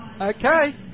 Okay